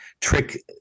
trick